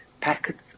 packets